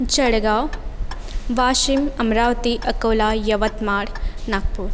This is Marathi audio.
जडगाव वाशिम अमरावती अकोला यवतमाड नागपूर